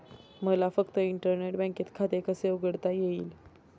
मला फक्त इंटरनेट बँकेत खाते कसे उघडता येईल?